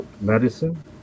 medicine